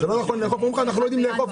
הם אומרים לך: אנחנו לא יודעים לאכוף את זה.